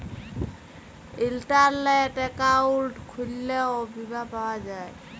ইলটারলেট account খুইললেও বীমা পাউয়া যায়